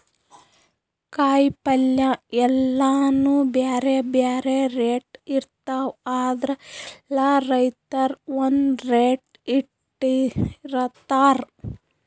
ಕಾಯಿಪಲ್ಯ ಎಲ್ಲಾನೂ ಬ್ಯಾರೆ ಬ್ಯಾರೆ ರೇಟ್ ಇರ್ತವ್ ಆದ್ರ ಎಲ್ಲಾ ರೈತರ್ ಒಂದ್ ರೇಟ್ ಇಟ್ಟಿರತಾರ್